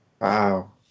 Wow